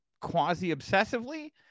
quasi-obsessively